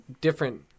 different